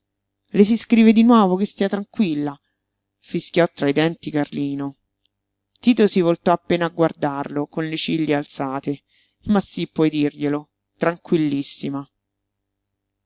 le si scrive di nuovo che stia tranquilla fischiò tra i denti carlino tito si voltò appena a guardarlo con le ciglia alzate ma sí puoi dirglielo tranquillissima